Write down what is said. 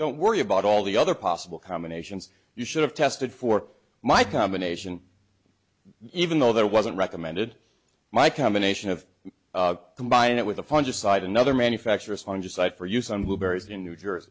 don't worry about all the other possible combinations you should have tested for my combination even though there wasn't recommended my combination of combining it with the fungicide another manufacturer's fungicide for use on blueberries in new jersey